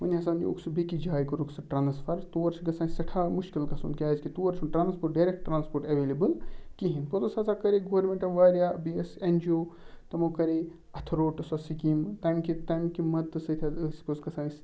وَنۍ ہَسا نیووُکھ سُہ بیٚکِس جاے کوٚرُکھ سُہ ٹرانسفر تور چھِ گژھان سٮ۪ٹھاہ مُشکِل گژھُن کیٛازِکہِ تور چھُنہٕ ٹرانسپورٹ ڈریکٹ ٹرٛانپورٹ ایٚوَلیبُل کِہیٖنۍ پۄتُس ہسا کٔرِکھ گورمنٛٹَن واریاہ بیٚیہِ ٲسۍ این جی او تِمَو کَرے اَتھ روٚٹ سۄ سِکیٖمہٕ تمہِ کہ تمہِ کہ مدتھ سۭتۍ حظ ٲسۍ گژھان أسۍ